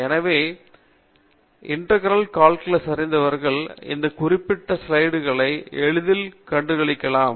எனவே integral calculus அறிந்தவர்கள் இந்த குறிப்பிட்ட ஸ்லைடுகளை எளிதில் கண்டுபிடிக்கலாம்